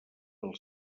del